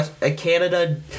Canada